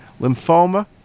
Lymphoma